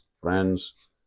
friends